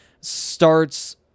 starts